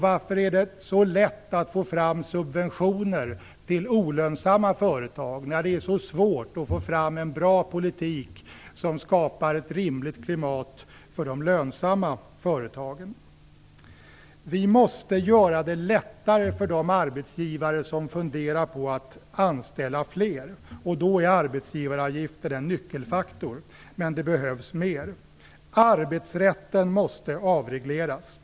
Varför är det så lätt att få fram subventioner till olönsamma företag, när det är så svårt att få fram en bra politik som skapar ett rimligt klimat för de lönsamma företagen? Vi måste göra det lättare för de arbetsgivare som funderar på att anställa fler. Arbetsgivaravgifter är en nyckelfaktor här, men det behövs fler insatser. Arbetsrätten måste avregleras.